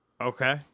Okay